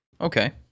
Okay